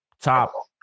top